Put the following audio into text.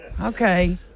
Okay